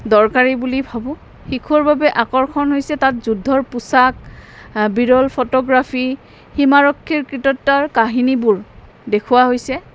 দৰকাৰী বুলি ভাবোঁ শিশুৰ বাবে আকৰ্ষণ হৈছে তাত যুদ্ধৰ পোচাক বিৰল ফটোগ্ৰাফী সীমা ৰক্ষীৰ কৃতিত্বতাৰ কাহিনীবোৰ দেখুওৱা হৈছে